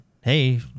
Hey